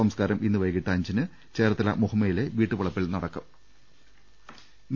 സംസ്കാരം ഇന്ന് വൈകീട്ട് അഞ്ചിന് ചേർത്തല മുഹമ്മയിലെ വീട്ടുവളപ്പിൽ നടക്കൂട്